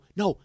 no